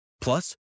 Plus